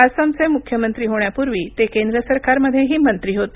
आसामचे मुख्यमंत्री होण्यापूर्वी ते केंद्र सरकारमध्येही मंत्री होते